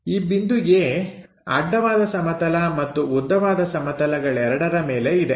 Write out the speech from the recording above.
ಈ ಬಿಂದು A ಅಡ್ಡವಾದ ಸಮತಲ ಮತ್ತು ಉದ್ದವಾದ ಸಮತಗಳೆರಡರ ಮೇಲೆ ಇದೆ